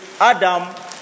Adam